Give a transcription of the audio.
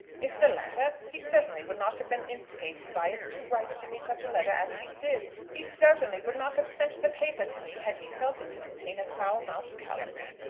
if the latter, he certainly would not have been instigated by it to write to me such a letter as he did. he certainly would not have sent the paper to me had he felt it to contain a foul-mouthed calumny.